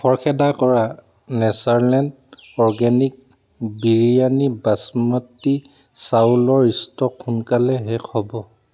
খৰখেদা কৰা nature land organic বিৰয়ানীৰ বাচমতী চাউলৰ ষ্টক সোনকালেই শেষ হ'ব